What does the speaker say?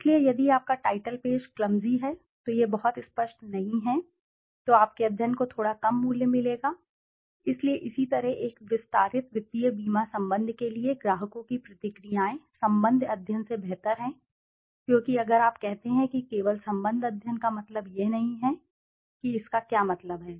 इसलिए यदि आपका टाइटल पेज क्लमज़ी है तो यह बहुत स्पष्ट नहीं है तो आपके अध्ययन को थोड़ा कम मूल्य मिलेगा इसलिए इसी तरह एक विस्तारित वित्तीय बीमा संबंध के लिए ग्राहकों की प्रतिक्रियाएं संबंध अध्ययन से बेहतर है क्योंकि अगर आप कहते हैं कि केवल संबंध अध्ययन का मतलब यह नहीं है कि इसका क्या मतलब है